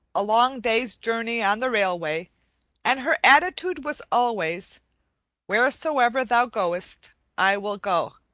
a long day's journey on the railway and her attitude was always wheresoever thou goest i will go,